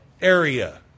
area